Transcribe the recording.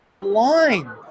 line